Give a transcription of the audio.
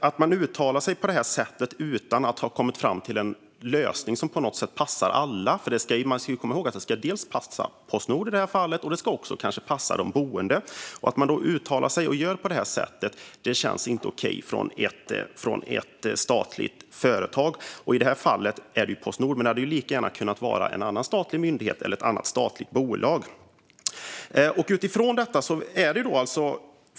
Att man uttalar sig på detta sätt utan att ha kommit fram till en lösning som passar alla - den ska ju passa Postnord i det här fallet, men den ska också passa de boende - känns inte okej från ett statligt företag. I det här fallet handlar det om Postnord, men det hade lika gärna kunnat vara en statlig myndighet eller ett annat statligt bolag.